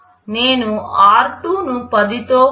నేను r2 ను 10 తో పోలుస్తున్నాను